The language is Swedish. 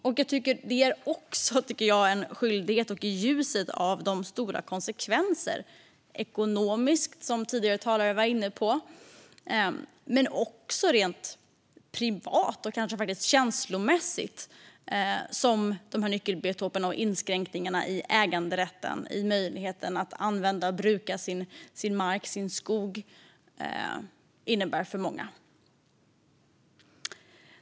Det tycker jag också är en skyldighet i ljuset av de stora konsekvenser ekonomiskt, som tidigare talare var inne på, men också rent privat och kanske känslomässigt som dessa nyckelbiotoper och inskränkningar i äganderätten och möjligheterna att använda och bruka sin mark och sin skog innebär för många.